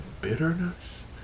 bitterness